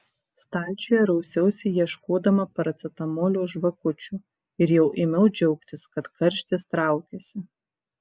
stalčiuje rausiausi ieškodama paracetamolio žvakučių ir jau ėmiau džiaugtis kad karštis traukiasi